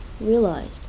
realized